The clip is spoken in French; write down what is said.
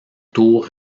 tour